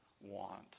want